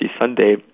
Sunday